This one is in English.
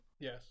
Yes